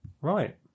Right